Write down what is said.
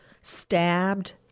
stabbed